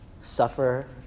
Suffer